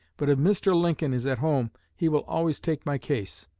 but if mr. lincoln is at home he will always take my case